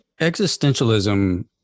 existentialism